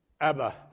Abba